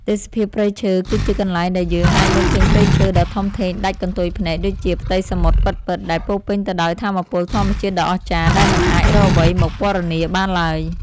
ទេសភាពព្រៃឈើ គឺជាកន្លែងដែលយើងអាចមើលឃើញព្រៃឈើដ៏ធំធេងដាច់កន្ទុយភ្នែកដូចជាផ្ទៃសមុទ្រពិតៗ ដែលពោរពេញទៅដោយថាមពលធម្មជាតិដ៏អស្ចារ្យដែលមិនអាចរកអ្វីមកពណ៌នាបានឡើយ។